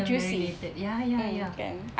juicy mm kan